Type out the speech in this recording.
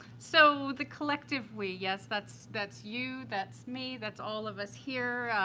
so the collective we, yes, that's that's you, that's me, that's all of us here,